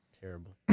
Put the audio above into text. Terrible